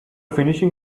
finishing